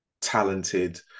talented